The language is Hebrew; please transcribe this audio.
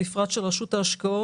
בפרט של רשות ההשקעות.